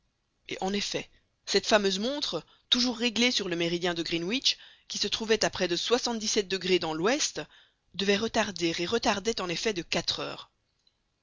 et en effet cette fameuse montre toujours réglée sur le méridien de greenwich qui se trouvait à près de soixante-dix-sept degrés dans l'ouest devait retarder et retardait en effet de quatre heures